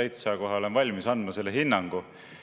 Täitsa kohe olen valmis andma selle hinnangu,